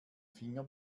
finger